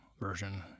version